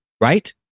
right